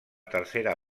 tercera